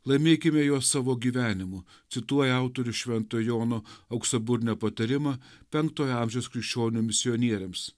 laimėkime juos savo gyvenimu cituoja autorius švento jono auksaburnio patarimą penktojo amžiaus krikščionių misionieriams